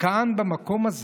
כאן, במקום הזה,